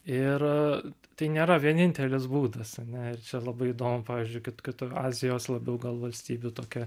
ir tai nėra vienintelis būdas ane ir čia labai įdomu pavyzdžiui kad kad azijos labiau gal valstybių tokia